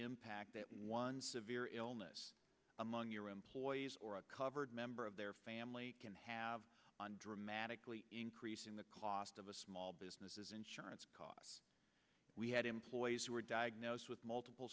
impact that one severe illness among your employees or a covered member of their family can have on dramatically increasing the cost of a small business is insurance because we had employees who were diagnosed with multiple